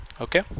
okay